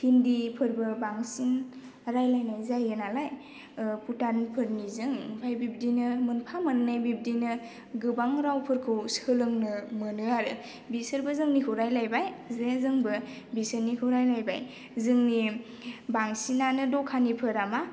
हिन्दीफोरबो बांसिन रायलायनाय जायो नालाय भुटानफोरनिजों ओमफ्राय बिब्दिनो मोनफा मोननै बिब्दिनो गोबां रावफोरखौ सोलोंनो मोनो आरो बिसोरबो जोंनिखौ रायलायबाय जे जोंबो बिसोरनिखौ रायलायबाय जोंनि बांसिनानो दखानिफोरा मा